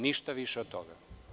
Ništa više od toga.